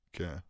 Okay